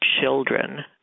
children